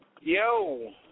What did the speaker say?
Yo